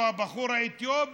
או את הבחור האתיופי,